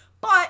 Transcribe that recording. but-